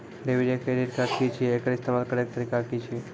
Debit या credit card की छियै? एकर इस्तेमाल करैक तरीका की छियै?